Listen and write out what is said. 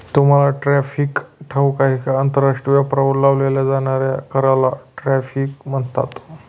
तुम्हाला टॅरिफ ठाऊक आहे का? आंतरराष्ट्रीय व्यापारावर लावल्या जाणाऱ्या कराला टॅरिफ म्हणतात